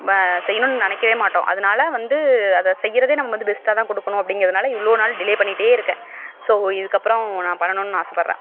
ப செய்யணுன் நினைக்கவே மாட்டோம் அதனால வந்து அதை செய்கிறதே நம்ம வந்து பெஸ்ட்டாகதான் கொடுக்கணும் அப்படிங்கறதுனால இவ்வளோ நாள் டிலே பண்ணிகிட்டே இருக்கேன் ஸோ இதுக்கப்றம் நான் பண்ணணுன்னு ஆசைப்பட்றேன்